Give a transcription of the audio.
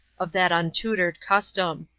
of that untutored custom.